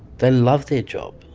they love their job.